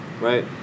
right